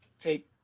take